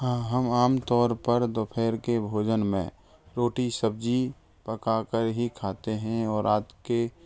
हाँ हम आमतौर पर दोपहर के भोजन में रोटी सब्जी पका कर ही खाते हैं और रात के